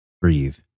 breathe